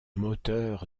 moteur